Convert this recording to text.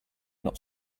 not